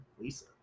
Lisa